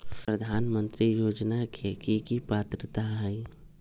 प्रधानमंत्री योजना के की की पात्रता है?